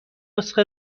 نسخه